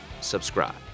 subscribe